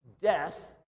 Death